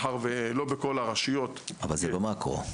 זה במקרו.